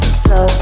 Slow